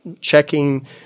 checking